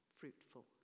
fruitful